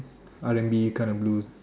R&B kind of blues